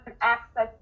access